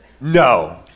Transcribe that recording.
No